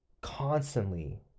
constantly